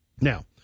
Now